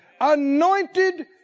Anointed